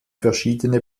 verschiedene